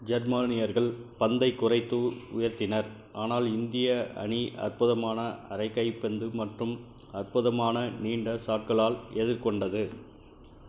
ஜெர்மானியர்கள் பந்தை குறைத்து உயர்த்தினர் ஆனால் இந்திய அணி அற்புதமான அரைகைப்பந்து மற்றும் அற்புதமான நீண்ட ஷாட்களால் எதிர்கொண்டது